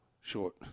Short